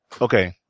Okay